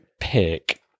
pick